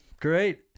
great